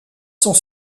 sont